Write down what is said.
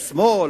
השמאל,